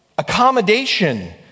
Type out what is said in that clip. accommodation